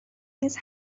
نیز